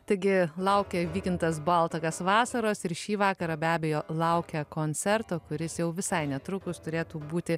taigi laukia vykintas baltakas vasaros ir šį vakarą be abejo laukia koncerto kuris jau visai netrukus turėtų būti